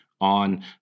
on